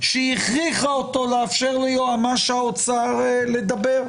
שהכריחה אותו לאפשר ליועמ"ש האוצר לדבר.